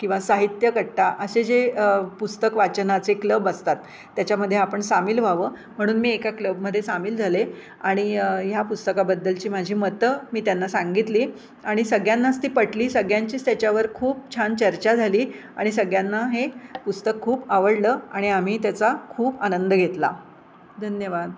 किंवा साहित्यकट्टा असे जे पुस्तक वाचनाचे क्लब असतात त्याच्यामध्ये आपण सामील व्हावं म्हणून मी एका क्लबमध्ये सामील झाले आणि ह्या पुस्तकाबद्दलची माझी मतं मी त्यांना सांगितली आणि सगळ्यांनाच ती पटली सगळ्यांचीच त्याच्यावर खूप छान चर्चा झाली आणि सगळ्यांना हे पुस्तक खूप आवडलं आणि आम्हीही त्याचा खूप आनंद घेतला धन्यवाद